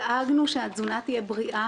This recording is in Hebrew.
דאגנו שהתזונה תהיה בריאה.